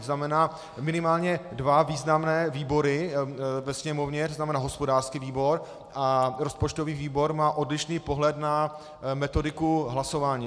To znamená, minimálně dva významné výbory ve Sněmovně, to znamená hospodářský výbor a rozpočtový výbor, mají odlišný pohled na metodiku hlasování.